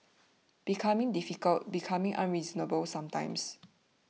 becoming difficult becoming unreasonable sometimes